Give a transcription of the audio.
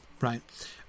right